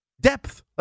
depth